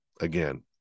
again